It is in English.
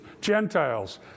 gentiles